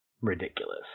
ridiculous